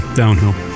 downhill